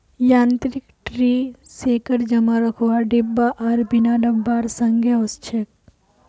यांत्रिक tree shaker जमा रखवार डिब्बा आर बिना डिब्बार संगे ओसछेक